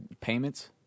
payments